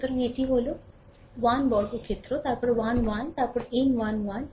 সুতরাং এটি হল 1 বর্গক্ষেত্র তারপরে 1 1 তারপর M1 1